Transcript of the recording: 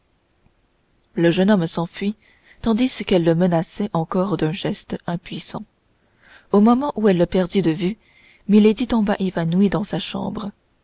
le jeune homme s'enfuit tandis qu'elle le menaçait encore d'un geste impuissant au moment où elle le perdit de vue milady tomba évanouie dans sa chambre